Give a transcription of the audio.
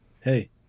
Hey